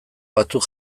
batzuk